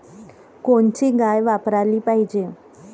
कोनची गाय वापराली पाहिजे?